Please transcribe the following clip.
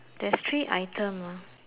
there's three item lah